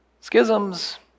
Schisms